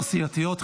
הסיעתיות,